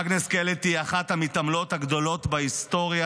אגנס קלטי היא אחת המתעמלות הגדולות בהיסטוריה